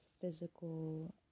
physical